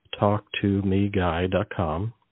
talktomeguy.com